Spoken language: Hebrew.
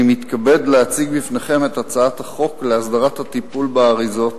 מתכבד להציג בפניכם את הצעת חוק להסדרת הטיפול באריזות,